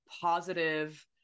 positive